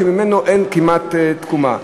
שממנו אין כמעט תקומה.